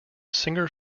singer